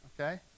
Okay